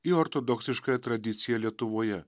į ortodoksiškąją tradiciją lietuvoje